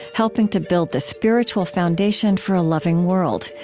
helping to build the spiritual foundation for a loving world.